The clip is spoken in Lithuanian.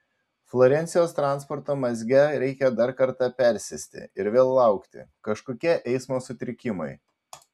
florencijos transporto mazge reikia dar kartą persėsti ir vėl laukti kažkokie eismo sutrikimai